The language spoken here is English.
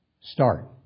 Start